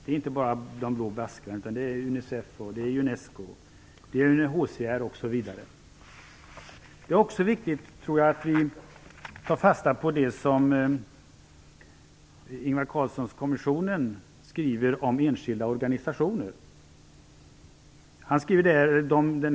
FN är inte bara de blå baskrarna, utan det är Unicef, Unesco, Jag tror också att det är viktigt att vi tar fasta på vad Ingvar Carlsson-kommissionen skriver om enskilda organisationer.